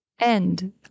End